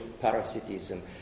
parasitism